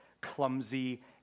clumsy